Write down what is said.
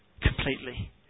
completely